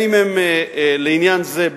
לעניין זה,